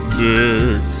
dick